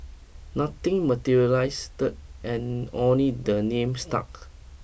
nothing materialised dirt and only the name stuck